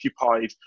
occupied